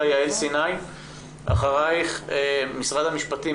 מי נמצא כאן ממשרד המשפטים?